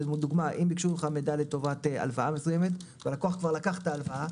למשל אם ביקשו ממך מידע לטובת הלוואה מסוימת והלקוח כבר לקח את ההלוואה,